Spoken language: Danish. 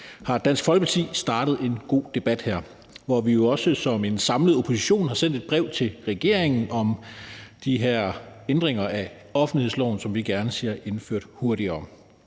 har Dansk Folkeparti startet en god debat her, og vi har jo også som en samlet opposition sendt et brev til regeringen om de her ændringer af offentlighedsloven, som vi gerne ser indført hurtigere.